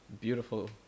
Beautiful